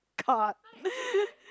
god